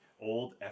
Old